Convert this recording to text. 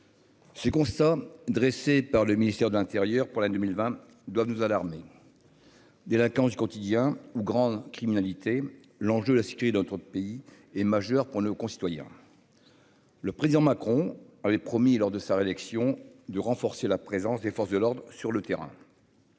Ce constat dressé par le ministère de l'Intérieur pour l'an 2020 doivent nous alarmer délinquance du quotidien ou grande criminalité, l'enjeu, la cité dans notre pays et majeur pour nos concitoyens, le président Macron avait promis lors de sa réélection de renforcer la présence des forces de l'ordre sur le terrain,